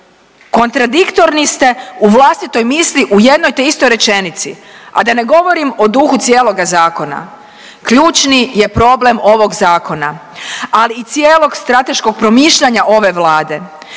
Kontradiktorni ste u vlastitoj misli u jednoj te istoj rečenici, a da ne govorim o duhu cijeloga zakona. Ključni je problem ovog zakona, ali i cijelog strateškog promišljanja ove Vlade,